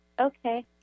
Okay